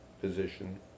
position